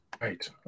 Right